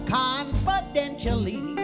confidentially